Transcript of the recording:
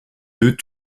deux